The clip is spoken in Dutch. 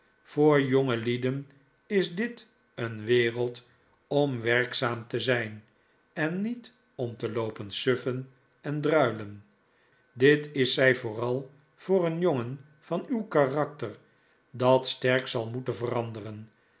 voor jongelieden is dit een wereld om werkzaam te zijn en niet om te loopen suffen en druilen dit is zij vooral voor een jongen van uw karakter dat sterk zal moeten veranderen